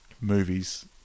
movies